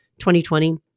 2020